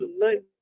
tonight